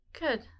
Good